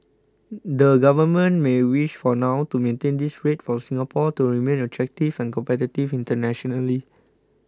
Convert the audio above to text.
the government may wish for now to maintain this rate for Singapore to remain attractive and competitive internationally